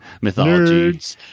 mythology